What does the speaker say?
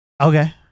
Okay